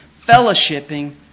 fellowshipping